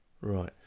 right